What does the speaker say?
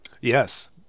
Yes